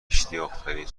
اشتیاقترین